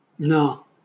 No